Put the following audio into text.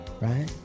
Right